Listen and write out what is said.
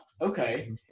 Okay